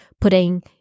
putting